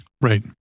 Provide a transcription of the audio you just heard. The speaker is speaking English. Right